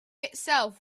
itself